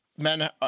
Men